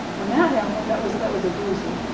when that happened, that was that was a doozy.